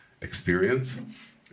experience